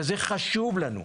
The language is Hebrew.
שזה חשוב לנו.